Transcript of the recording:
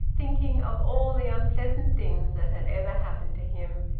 thinking of all the unpleasant things that had ever happened to him,